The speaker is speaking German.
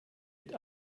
mit